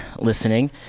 listening